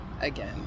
again